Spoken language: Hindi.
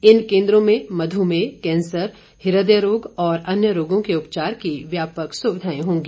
इन केन्द्रों में मधुमेय कैंसर हृदय रोग तथा अन्य रोगों के उपचार की व्यापक सुविधाएं होंगी